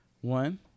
One